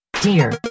Dear